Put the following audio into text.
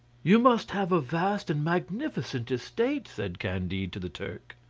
you must have a vast and magnificent estate, said candide to the turk.